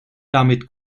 damit